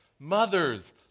Mothers